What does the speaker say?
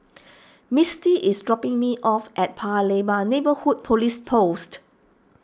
Misty is dropping me off at Pa Lebar Neighbourhood Police Post